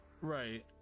Right